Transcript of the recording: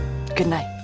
good night.